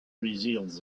reveals